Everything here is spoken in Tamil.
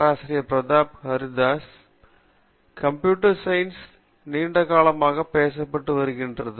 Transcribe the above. பேராசிரியர் பிரதாப் ஹரிதாஸ் கம்ப்யூட்டர் சயின்ஸ் நீண்ட காலமாக பேசப்பட்டு வருகிறது